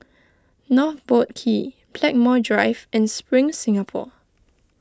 North Boat Quay Blackmore Drive and Spring Singapore